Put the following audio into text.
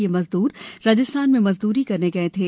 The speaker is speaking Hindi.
ये मजदूर राजस्थान मे मजदूरी करने गये थे